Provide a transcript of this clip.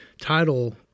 title